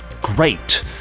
great